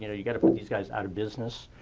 you know, you got to put these guys out of business.